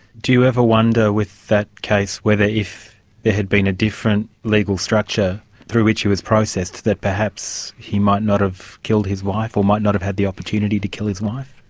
do you ever wonder with that case, whether whether if there had been a different legal structure through which he was processed, that perhaps he might not have killed his wife, or might not have had the opportunity to kill his wife?